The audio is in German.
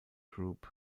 group